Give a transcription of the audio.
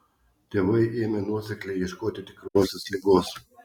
tėvai ėmė nuosekliai ieškoti tikrosios ligos